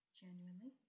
genuinely